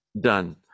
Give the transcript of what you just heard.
done